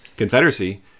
Confederacy